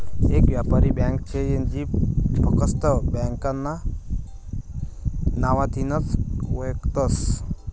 येक यापारी ब्यांक शे जी फकस्त ब्यांकना नावथीनच वयखतस